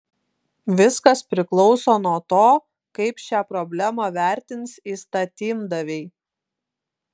viskas priklauso nuo to kaip šią problemą vertins įstatymdaviai